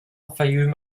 fayoum